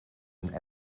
een